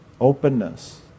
Openness